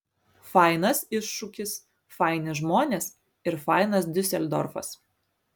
fainas iššūkis faini žmonės ir fainas diuseldorfas